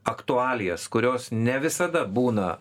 aktualijas kurios ne visada būna